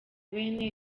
bene